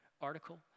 article